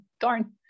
darn